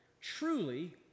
truly